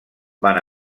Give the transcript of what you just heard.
van